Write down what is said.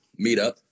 meetup